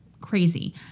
crazy